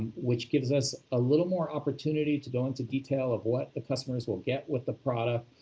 which gives us a little more opportunity to go into detail of what the customers will get with the product,